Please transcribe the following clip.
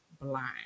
Blind